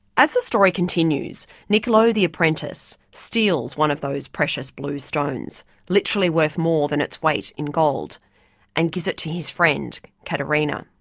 as the story continues, niccolo, the apprentice, steals one of those precious blue stones literally worth more than its weight in gold and gives it to his friend, caterina.